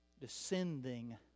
Descending